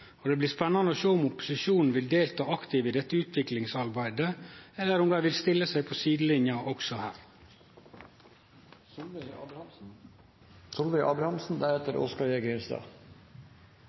og det blir spennande å sjå om opposisjonen vil delta aktivt i dette utviklingsarbeidet, eller om dei vil stille seg på sidelinja også her.